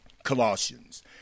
Colossians